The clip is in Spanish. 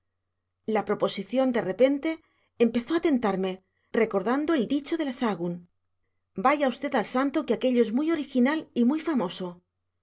la proposición de repente empezó a tentarme recordando el dicho de la sahagún vaya usted al santo que aquello es muy original y muy famoso